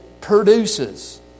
produces